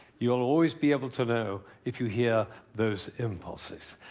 you'll always be able to know if you hear those impulses.